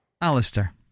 Alistair